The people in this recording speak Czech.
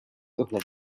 tohle